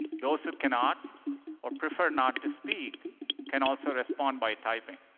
those who cannot or prefer not to speak can also respond by typing.